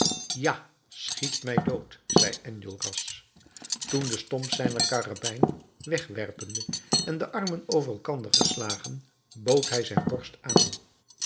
ja schiet mij dood zei enjolras toen de stomp zijner karabijn wegwerpende en de armen over elkander geslagen bood hij zijn borst aan